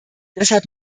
deshalb